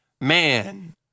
man